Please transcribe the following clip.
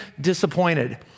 disappointed